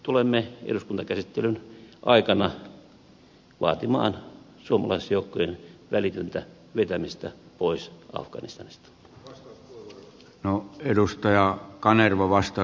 tulemme eduskuntakäsittelyn aikana vaatimaan suomalaisjoukkojen välitöntä vetämistä pois afganistanista